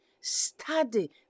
study